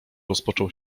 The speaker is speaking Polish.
rozpoczął